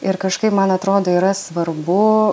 ir kažkaip man atrodo yra svarbu